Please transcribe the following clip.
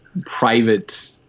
private –